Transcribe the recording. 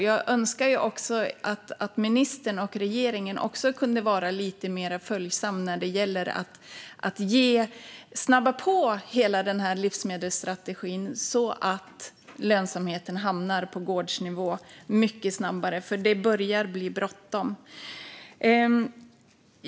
Jag skulle önska att ministern och regeringen också kunde vara lite mer följsamma när det gäller att snabba på hela Livsmedelsstrategin så att lönsamheten hamnar på gårdsnivå mycket snabbare, för det börjar bli bråttom.